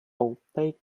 opaque